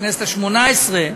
בכנסת השמונה-עשרה.